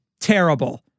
terrible